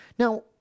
Now